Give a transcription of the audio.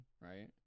right